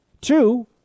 Two